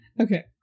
Okay